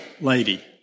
lady